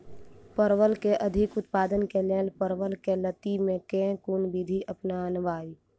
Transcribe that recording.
परवल केँ अधिक उत्पादन केँ लेल परवल केँ लती मे केँ कुन विधि अपनाबी?